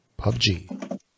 PUBG